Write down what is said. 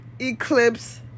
eclipse